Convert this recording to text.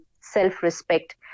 self-respect